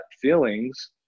feelings